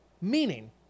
Meaning